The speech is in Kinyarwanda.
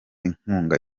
inkunga